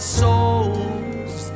soul's